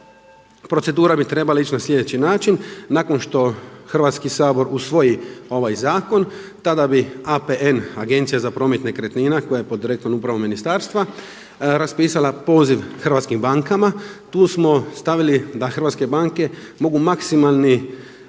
Procedura bi trebala ići na sljedeći način, nakon što Hrvatski sabor usvoji ovaj zakon tada bi APN, Agencija za promet nekretnina koja je pod direktnom upravom ministarstva raspisala poziv hrvatskim bankama. Tu smo stavili da hrvatske banke mogu maksimalnu